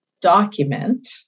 document